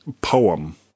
poem